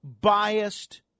biased